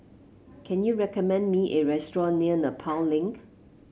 can you recommend me a restaurant near Nepal Link